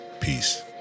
Peace